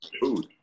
food